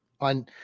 on